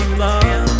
love